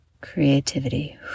creativity